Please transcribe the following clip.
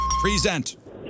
Present